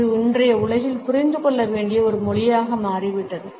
இது இன்றைய உலகில் புரிந்து கொள்ள வேண்டிய ஒரு மொழியாக மாறிவிட்டது